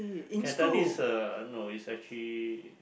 Cantonese uh no is actually